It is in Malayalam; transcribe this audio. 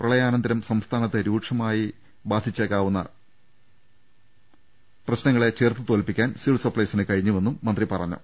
പ്രളയാനന്തരം സംസ്ഥാനത്ത് രൂക്ഷമായി ബാധിച്ചേക്കാവുന്ന പ്രശ്നങ്ങളെ ചെറുത്തുതോൽപ്പിക്കാൻ സിവിൽ സപ്ലൈസിന് കഴിഞ്ഞുവെന്നും മന്ത്രി പറഞ്ഞു